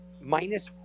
minus